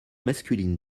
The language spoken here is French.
masculine